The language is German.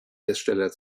hersteller